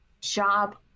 job